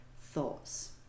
thoughts